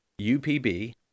UPB